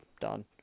Done